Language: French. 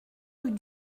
rue